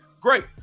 Great